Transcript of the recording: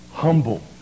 Humble